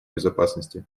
безопасности